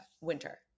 winter